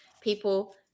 people